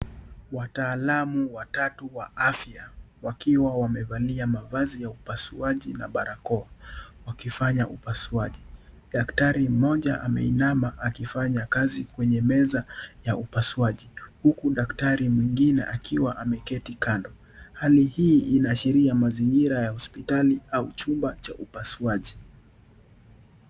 Wataalamu watatu wa afya. Wakiwa wamevalia mavazi ya upasuaji na barakoa wakifanya upasuaji. Daktari mmoja ameinama akifanya kazi kwenye meza ya upasuaji. Huku daktari mwingine akiwa ameketi kando. Hali hii inaashiria mazingira ya hospitali au chumba cha ukupasuaji.